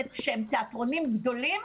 שהם תיאטרונים גדולים,